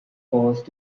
forced